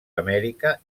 amèrica